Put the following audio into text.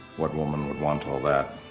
what woman would want all that?